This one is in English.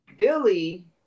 Billy